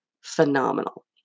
phenomenal